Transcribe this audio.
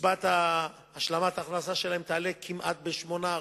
קצבת השלמת ההכנסה תעלה כמעט ב-8%.